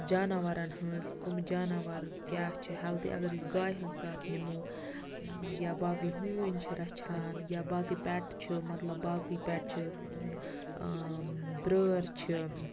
جاناوَرَن ہٕنٛز کُمہ جاناوَر کیاہ چھ ہِلدی اَگَر أسۍ گایہِ ہنٛز کَتھ نِمو یا باقٕے ہونۍ چھ رَچھان یا باقٕے پیٚٹ چھ مَطلَب باقٕے پیٚٹ چھ برٲر چھ